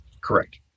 Correct